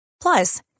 Plus